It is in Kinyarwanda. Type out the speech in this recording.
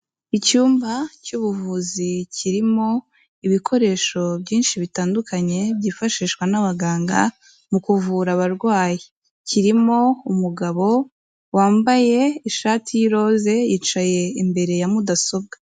Icyumba cy'ubuvuzi kirimo ibikoresho byinshi bitandukanye byifashishwa n'abaganga mu kuvura abarwayi. Kirimo umugabo wambaye ishati y'iroze, yicaye imbere ya mudasobwa.